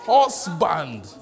Husband